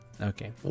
okay